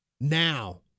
now